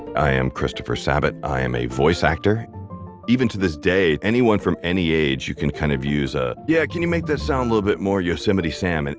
i am christopher sabat. i am a voice actor even to this day anyone from any age you can kind of use, ah yeah, can you make this sound a little bit more yosemite sam? and